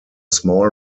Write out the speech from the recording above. small